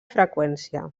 freqüència